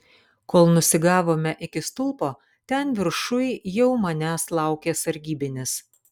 kol nusigavome iki stulpo ten viršuj jau manęs laukė sargybinis